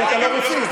כי אתה לא רוסי.